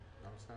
האוצר.